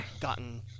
gotten